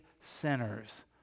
sinners